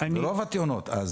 -- ברוב התאונות.